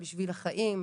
'בשביל החיים',